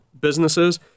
businesses